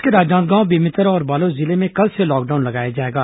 प्रदेश के राजनांदगांव बेमेतरा और बालोद जिले में कल से लॉकडाउन लगाया जाएगा